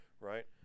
right